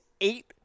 eight